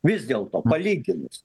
vis dėlto palyginus